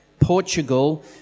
Portugal